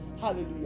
hallelujah